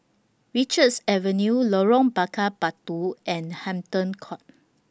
Richards Avenue Lorong Bakar Batu and Hampton Court